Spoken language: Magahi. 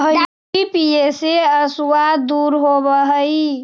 कॉफी पीये से अवसाद दूर होब हई